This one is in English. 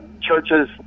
churches